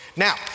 Now